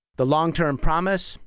the long-term promise?